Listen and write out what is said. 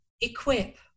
equip